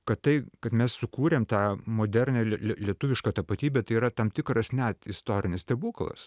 kad tai kad mes sukūrėm tą modernią lie lie lietuvišką tapatybę tai yra tam tikras net istorinis stebuklas